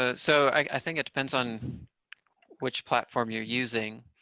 ah so, i think it depends on which platform you're using,